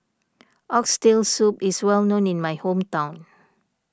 Oxtail Soup is well known in my hometown